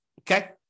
Okay